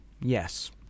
Yes